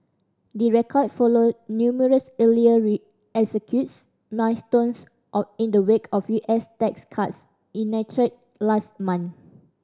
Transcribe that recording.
the record follow numerous earlier milestones or in the wake of U S tax cuts enacted last month